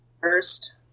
first